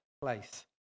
place